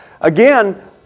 Again